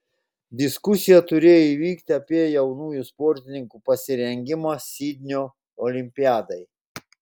diskusija turėjo vykti apie jaunųjų sportininkų pasirengimą sidnio olimpiadai